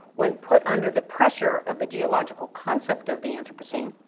when put under the pressure of the geological concept of the anthropocene.